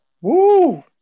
Woo